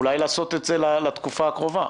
אולי לעשות את זה בתקופה הקרובה